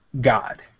God